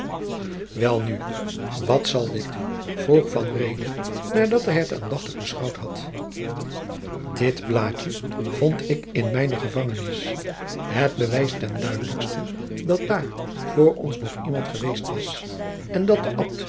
welnu wat zal dit vroeg van reede nadat hij het aandachtig beschouwd had dit blaadje vond ik in mijne gevangenis het bewijst ten duidelijkste dat daar vr ons nog iemand geweest was en dat de abt